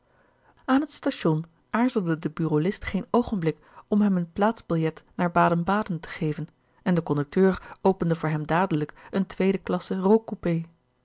aan het station aarzelde de bureaulist geen oogenblik om hem een plaatsbiljet naar baden-baden te geven en de conducteur opende voor hem dadelijk een tweede klasse